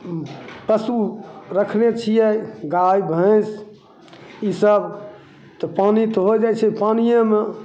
पशु रखने छिए गाइ भैँस ईसब तऽ पानी तऽ हो जाइ छै पानिएमे